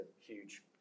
huge